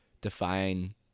define